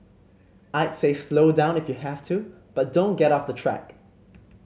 I'd say slow down if you have to but don't get off the track